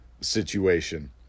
situation